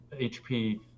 HP